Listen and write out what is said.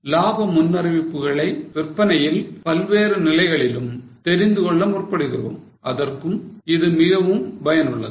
இலாப முன்னறிவிப்புகளை விற்பனையில் வெவ்வேறு நிலைகளிலும் தெரிந்துகொள்ள முற்படுகிறோம் அதற்கும் இது மிகவும் பயனுள்ளது